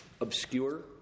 obscure